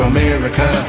America